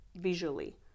visually